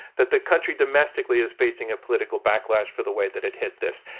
that the country domestically is facing a political backlash for the way that it hit this.